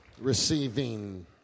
receiving